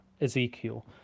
Ezekiel